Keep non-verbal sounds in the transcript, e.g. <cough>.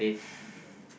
<breath>